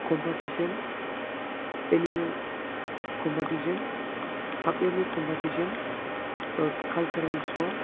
competition annual competition half yearly competition cultural show